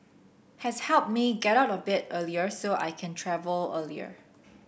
has helped me get out of bed earlier so I can travel earlier